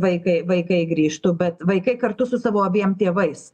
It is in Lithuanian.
vaikai vaikai grįžtų bet vaikai kartu su savo abiem tėvais